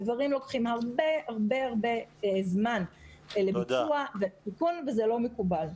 הדברים לוקחים הרבה מאוד זמן לביצוע ולתיקון וזה לא מקובל.